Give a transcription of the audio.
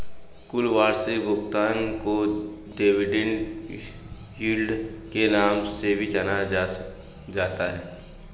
कुल वार्षिक भुगतान को डिविडेन्ड यील्ड के नाम से भी जाना जाता है